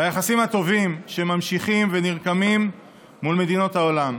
ביחסים הטובים שנמשכים ונרקמים מול מדינות העולם,